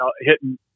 hitting